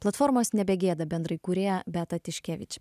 platformos nebegėda bendraįkūrėja beata tiškevič